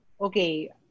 Okay